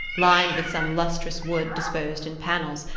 lined with some lustrous wood disposed in panels,